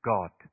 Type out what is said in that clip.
God